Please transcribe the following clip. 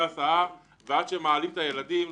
הסעה ולוקח זמן עד שהם מעלים את הילדים.